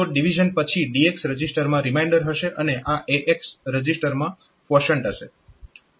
તો ડિવીઝન પછી DX રજીસ્ટરમાં રીમાઇન્ડર હશે અને આ AX રજીસ્ટરમાં ક્વોશન્ટ હશે